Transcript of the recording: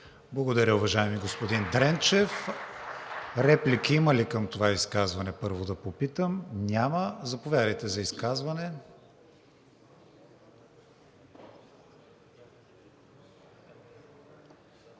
Благодаря, уважаеми господин Дренчев. Реплики има ли към това изказване? Няма. Заповядайте за изказване.